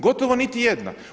Gotovo niti jedna.